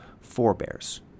forebears